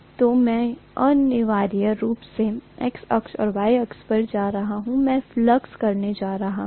तो मैं अनिवार्य रूप से x अक्ष और y अक्ष पर जा रहा हूं मैं फ्लक्स करने जा रहा हूं